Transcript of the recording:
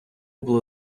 було